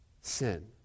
Sin